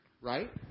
right